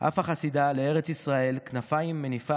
"עפה חסידה לארץ ישראל / כנפיים מניפה